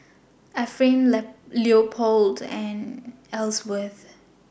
Ephraim Leopold and Elsworth